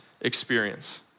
experience